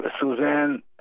Suzanne